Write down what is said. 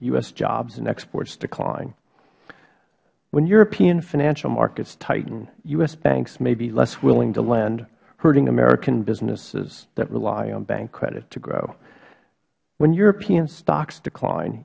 s jobs and exports decline when european financial markets tighten u s banks may be less willing to lend hurting american businesses that rely on bank credit to grow when european stocks decline